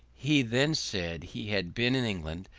he then said he had been in england,